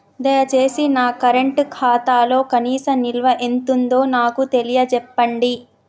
దయచేసి నా కరెంట్ ఖాతాలో కనీస నిల్వ ఎంతుందో నాకు తెలియచెప్పండి